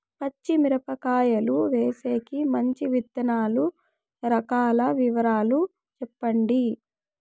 పచ్చి మిరపకాయలు వేసేకి మంచి విత్తనాలు రకాల వివరాలు చెప్పండి?